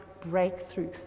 breakthrough